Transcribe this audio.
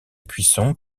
cuisson